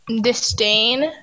disdain